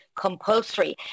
Compulsory